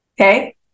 Okay